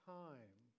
time